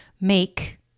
make